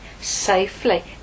safely